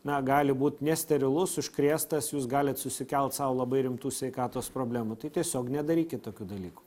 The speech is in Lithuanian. na gali būt nesterilus užkrėstas jūs galit susikelt sau labai rimtų sveikatos problemų tai tiesiog nedarykit tokių dalykų